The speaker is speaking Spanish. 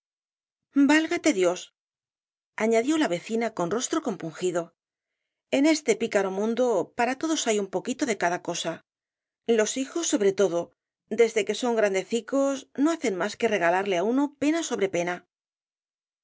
válgate dios añadió la vecina con rostro compungido en este picaro mundo para todos hay un poquito de cada cosa los hijos sobre todo desde que son grandecicos no hacen más que regalarle á uno pena sobre pena